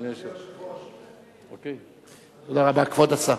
תודה רבה, כבוד השר.